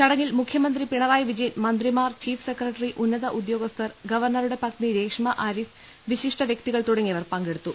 ചടങ്ങിൽ മുഖ്യ മന്ത്രി പിണറായി വിജയൻ മന്ത്രിമാർ ചീഫ് സെക്രട്ടറി ഉന്നത ഉദ്യോഗസ്ഥർ ഗവർണറുടെ പത്നി രേഷ്മാ ആരിഫ് വിശിഷ്ട വ്യക്തികൾ തുടങ്ങിയവർ പങ്കെടുത്തു